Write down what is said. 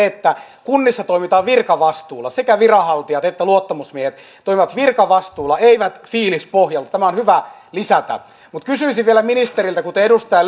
että kunnissa toimitaan virkavastuulla sekä viranhaltijat että luottamusmiehet toimivat virkavastuulla eivät fiilispohjalta tämä on hyvä lisätä mutta kysyisin vielä ministeriltä kuten edustaja